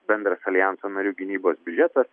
bendras aljanso narių gynybos biudžetas